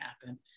happen